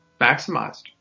maximized